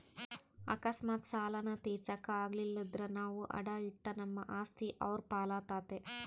ಅಕಸ್ಮಾತ್ ಸಾಲಾನ ತೀರ್ಸಾಕ ಆಗಲಿಲ್ದ್ರ ನಾವು ಅಡಾ ಇಟ್ಟ ನಮ್ ಆಸ್ತಿ ಅವ್ರ್ ಪಾಲಾತತೆ